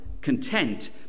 content